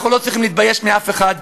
אנחנו לא צריכים להתבייש מאף אחד.